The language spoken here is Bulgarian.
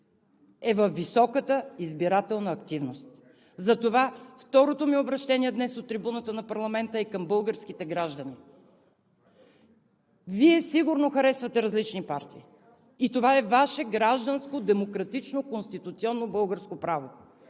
е във високата избирателна активност. Затова второто ми обръщение днес от трибуната на парламента е към българските граждани – Вие сигурно харесвате различни партии, и това е Ваше гражданско, демократично, конституционно, българско право,